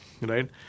right